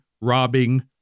robbing